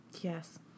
Yes